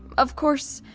of course,